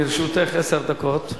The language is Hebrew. לרשותך עשר דקות.